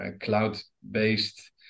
cloud-based